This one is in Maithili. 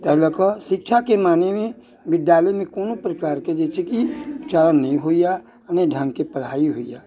ताहि लऽ कऽ शिक्षा के माने मे बिद्यालय मे कोनो प्रकार के जे छै कि नहि होइया नहि ढङ्ग के पढ़ाइ होइया